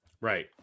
Right